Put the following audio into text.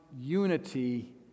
Unity